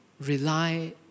rely